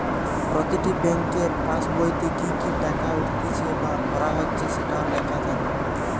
প্রতিটি বেংকের পাসবোইতে কি কি টাকা উঠতিছে বা ভরা হচ্ছে সেটো লেখা থাকে